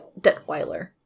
Detweiler